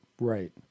Right